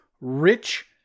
rich